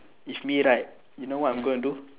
if me right you know what I'm gonna do